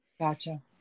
Gotcha